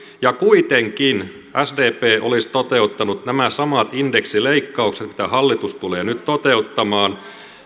ja kuitenkin sdp olisi toteuttanut nämä samat indeksileikkaukset mitkä hallitus tulee nyt toteuttamaan